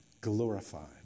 glorified